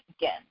again